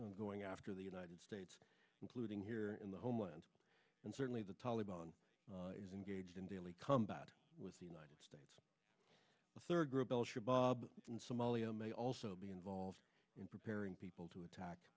on going after the united states including here in the homeland and certainly the taliban is engaged in daily combat with the united states a third group al shabaab in somalia may also be involved in preparing people to attack